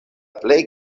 plej